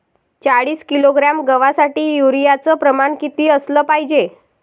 चाळीस किलोग्रॅम गवासाठी यूरिया च प्रमान किती असलं पायजे?